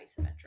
isometric